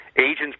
Agents